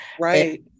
Right